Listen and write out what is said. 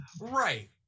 Right